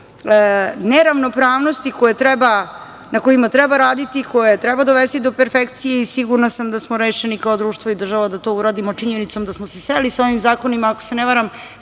neravnopravnosti na kojima treba raditi, koje treba dovesti do perfekcije. Sigurna sam da smo rešeni kao društvo i država da to uradimo činjenicom da smo se sreli sa ovim zakonima. Ako se ne varam